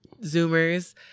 zoomers